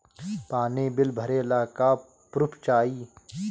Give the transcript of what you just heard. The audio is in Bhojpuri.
पानी बिल भरे ला का पुर्फ चाई?